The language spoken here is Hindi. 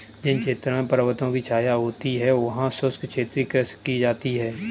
जिन क्षेत्रों में पर्वतों की छाया होती है वहां शुष्क क्षेत्रीय कृषि की जाती है